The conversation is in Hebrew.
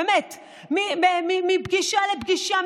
מפגישה לפגישה,